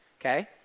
Okay